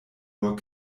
nur